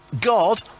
God